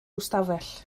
ystafell